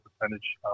percentage